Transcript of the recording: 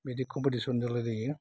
बिदि कम्पिटिसन जालायलायो